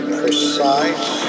precise